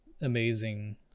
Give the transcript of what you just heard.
amazing